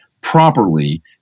properly